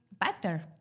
better